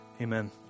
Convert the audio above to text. Amen